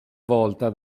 volta